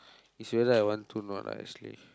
is whether I want to or not actually